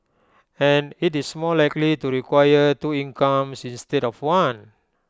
and IT is more likely to require two incomes instead of one